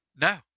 no